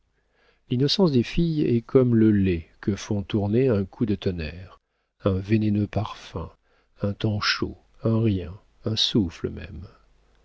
l'innocence des filles est comme le lait que font tourner un coup de tonnerre un vénéneux parfum un temps chaud un rien un souffle même